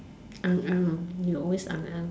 Ang Ang you always Ang Ang